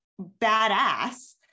badass